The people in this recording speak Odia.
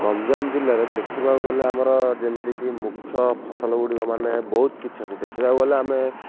ଗଞ୍ଜାମ ଜିଲ୍ଲାରେ ଦେଖିବାକୁ ଗଲେ ଆମର ଯେମିତିକି ମୁଖ୍ୟ ଫସଲ ଗୁଡ଼ିକ ମାନେ ବହୁତ୍ କିଛି ଅଛି ଦେଖିବାକୁ ଗଲେ ଆମେ